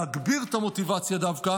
להגביר את המוטיבציה דווקא